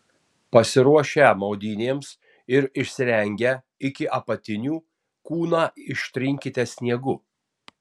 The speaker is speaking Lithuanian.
pasiruošę maudynėms ir išsirengę iki apatinių kūną ištrinkite sniegu